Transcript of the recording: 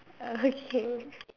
okay